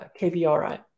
KVRI